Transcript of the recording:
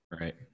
Right